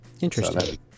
Interesting